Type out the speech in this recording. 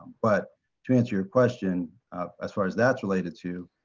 but to answer your question as far as that's related to,